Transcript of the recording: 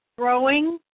Growing